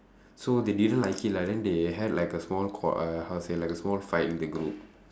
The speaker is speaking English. so they didn't like it lah then they had like a small qua~ uh how to say like a small fight in the group